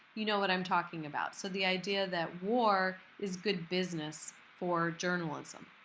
you know what i'm talking about. so the idea that war is good business for journalism.